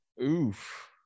Oof